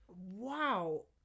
wow